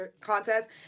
contest